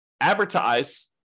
advertise